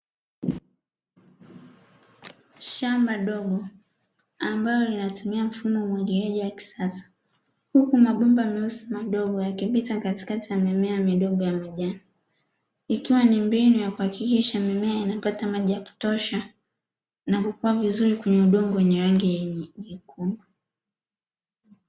Shamba dogo ambalo linatumia mfumo wa umwagiliaji wa kisasa, huku mabomba meusi madogo yakipita katikati ya mimea midogo ya majani ikiwa ni mbinu ya kuhakikisha mimea inapata maji ya kutosha, na kukua vizuri kwenye udongo wenye rangi nyekundu.